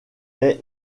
est